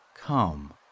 Come